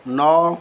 ନଅ